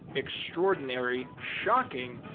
extraordinary, shocking,